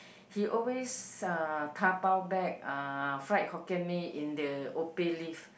he always uh dabao back uh fried Hokkien-Mee in the Opeh leaf